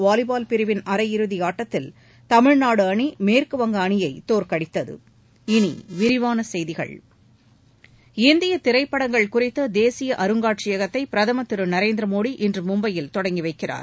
volleyball பிரிவின் அரையிறுதி ஆட்டத்தில் தமிழ்நாடு அணி மேற்கு வங்க அணியை் தோற்கடித்தது இனி விரிவான செய்திகள் இந்திய திரைப்படங்கள் குறித்த தேசிய அருங்காட்சியகத்தை பிரதமர் திரு நரேந்திர மோடி இன்று மும்பையில் தொடங்கி வைக்கிறார்